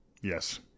Yes